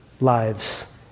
lives